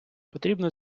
потрібно